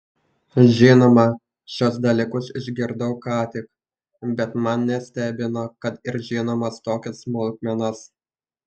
žinoma šiuos dalykus išgirdau ką tik bet mane stebino kad ir žinomos tokios smulkmenos